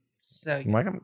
So-